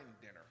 dinner